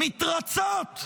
מתרצות.